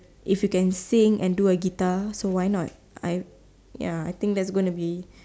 if you can sing and do a guitar so why not I ya I think that's gonna be